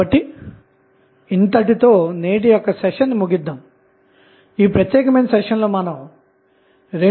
కాబట్టి మీరు ఈ ప్రత్యేక సమీకరణం P max V 2TH 4R TH ఉపయోగించి P విలువ కనుగొనవచ్చు